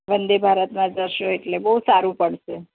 વંદે ભારતમાં જશો એટલે બહુ સારું પડશે